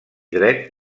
dret